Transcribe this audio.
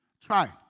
try